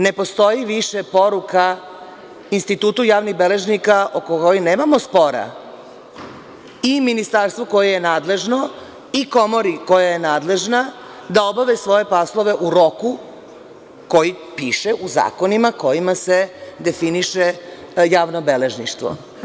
Ne postoji više poruka Institutu javnih beležnika oko kojih nemamo spora, i ministarstvo koje je nadležno i komori koja je nadležna da obave svoje poslove u roku koji piše u zakonima kojima se definiše javno beležništvo.